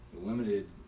limited